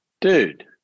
dude